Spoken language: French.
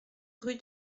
rue